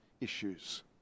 issues